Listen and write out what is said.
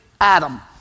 Adam